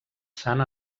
sant